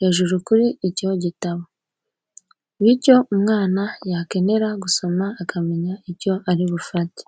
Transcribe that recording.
hejuru kuri icyo gitabo, bityo umwana yakenera gusoma akamenya icyo ari bufate.